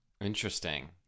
Interesting